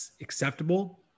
acceptable